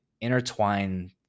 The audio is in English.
intertwine